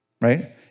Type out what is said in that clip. Right